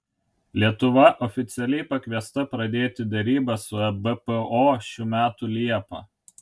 lietuva oficialiai pakviesta pradėti derybas su ebpo šių metų liepą